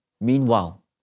Meanwhile